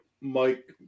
Mike